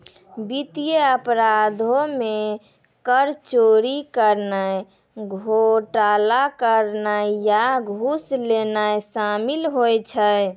वित्तीय अपराधो मे कर चोरी करनाय, घोटाला करनाय या घूस लेनाय शामिल होय छै